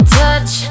touch